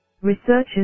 Researchers